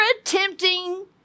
attempting